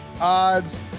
Odds